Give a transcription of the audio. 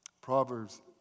Proverbs